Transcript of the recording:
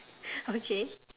okay